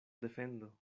defendo